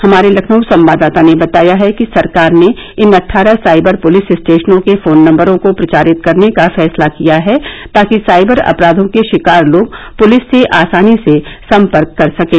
हमारे लखनऊ संवाददाता ने बताया है कि सरकार ने इन अट्ठारह साइबर पूलिस स्टेशनों के फोन नंबरों को प्रचारित करने का फैसला किया है ताकि साइबर अपराघों के शिकार लोग पूलिस से आसानी से संपर्क कर सकें